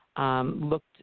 looked